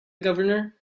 governor